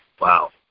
Wow